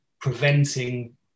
preventing